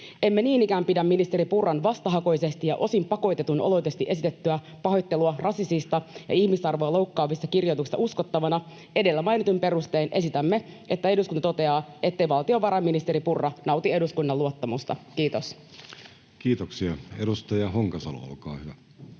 Emme niin ikään pidä ministeri Purran vastahakoisesti ja osin pakotetun oloisesti esitettyä pahoittelua rasistisista ja ihmisarvoa loukkaavista kirjoituksistaan uskottavana. Edellä mainituin perustein esitämme, että eduskunta toteaa, ettei valtiovarainministeri Purra nauti eduskunnan luottamusta. — Kiitos. [Speech 14] Speaker: